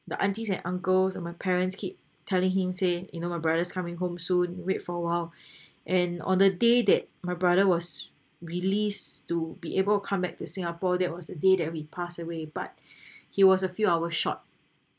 the aunties and uncles and my parents keep telling him say you know my brother's coming home soon wait for awhile and on the day that my brother was released to be able to come back to singapore that was the day that he pass away but he was a few hours short